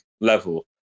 level